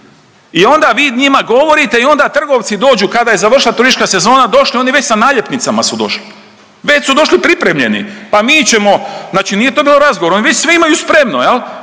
I onda vi njima govorite i onda trgovci dođu kada je završila turistička sezona, došli oni već sa naljepnicama su došli, već su došli pripremljeni. Pa mi ćemo, znači nije to bilo razgovora, oni već sve imaju spremno, mi